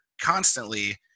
constantly